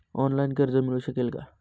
Online कर्ज मिळू शकेल का?